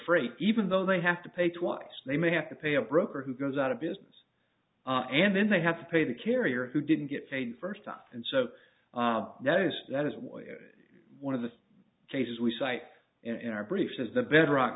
free even though they have to pay twice they may have to pay a broker who goes out of business and then they have to pay the carrier who didn't get paid first time and so i noticed that is one of the cases we cite in our brief is the bedrock